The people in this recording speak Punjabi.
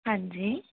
ਹਾਂਜੀ